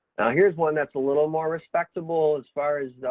here's one that's a little more respectable as far as